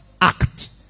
act